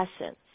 essence